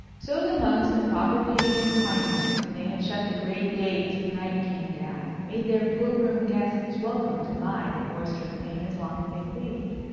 so the monks in proper pity and kindness, when they had shut the great gates as night came down, made their pilgrim guests welcome to bide at oyster-le-main as long as they pleased.